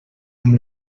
amb